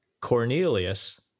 Cornelius